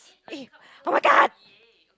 eh oh my god